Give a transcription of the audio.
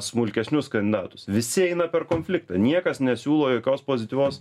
smulkesnius kandidatus visi eina per konfliktą niekas nesiūlo jokios pozityvios